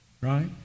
right